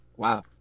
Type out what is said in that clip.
Wow